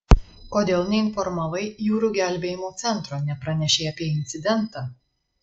kodėl neinformavai jūrų gelbėjimo centro nepranešei apie incidentą